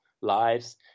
lives